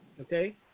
Okay